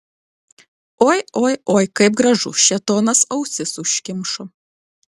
oi oi oi kaip gražu šėtonas ausis užkimšo